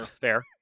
Fair